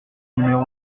numéro